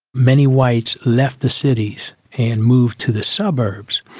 many whites left the cities and moved to the suburbs.